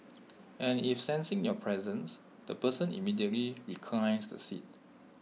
as if sensing your presence the person immediately reclines the seat